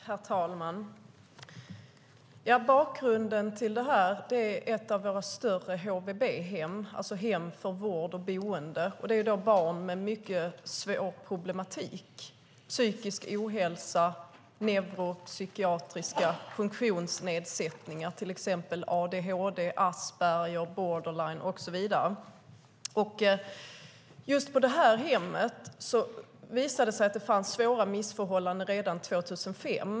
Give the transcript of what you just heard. Herr talman! Bakgrunden till detta är ett av våra större HVB-hem - alltså hem för vård och boende. Det handlar om barn med mycket svår problematik, psykisk ohälsa, neuropsykiatriska funktionsnedsättningar, till exempel adhd, Asperger, borderline och så vidare. Just på det här hemmet visade det sig att det fanns svåra missförhållanden redan 2005.